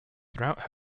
throughout